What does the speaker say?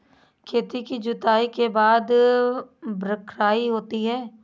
खेती की जुताई के बाद बख्राई होती हैं?